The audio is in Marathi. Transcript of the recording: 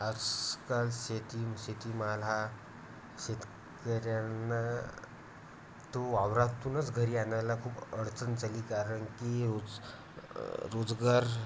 आजकाल शेती शेतीमाल हा शेतकऱ्यांना तो वावरातूनच घरी आणायला खूप अडचण झाली कारण की रोज रोजगार